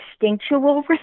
instinctual